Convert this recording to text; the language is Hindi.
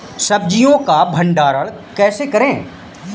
सब्जियों का भंडारण कैसे करें?